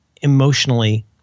emotionally